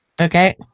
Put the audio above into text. Okay